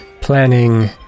planning